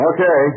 Okay